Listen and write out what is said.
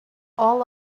all